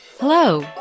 Hello